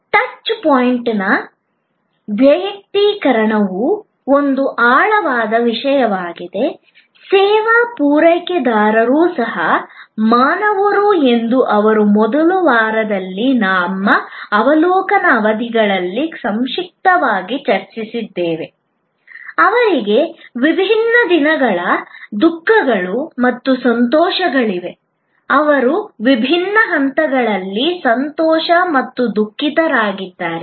touch ಪಾಯಿಂಟ್ನ ವೈಯಕ್ತೀಕರಣವು ಒಂದು ಆಳವಾದ ವಿಷಯವಾಗಿದೆ ಸೇವಾ ಪೂರೈಕೆದಾರರು ಸಹ ಮಾನವರು ಎಂದು ಅವರು ಮೊದಲ ವಾರದಲ್ಲಿ ನಮ್ಮ ಅವಲೋಕನ ಅವಧಿಗಳಲ್ಲಿ ಸಂಕ್ಷಿಪ್ತವಾಗಿ ಚರ್ಚಿಸಿದ್ದೇವೆ ಅವರಿಗೆ ವಿಭಿನ್ನ ದಿನಗಳ ದುಃಖಗಳು ಮತ್ತು ಸಂತೋಷಗಳಿವೆ ಅವರು ವಿಭಿನ್ನ ಹಂತಗಳಲ್ಲಿ ಸಂತೋಷ ಮತ್ತು ದುಃಖಿತರಾಗಿದ್ದಾರೆ